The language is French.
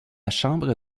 chambre